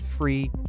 free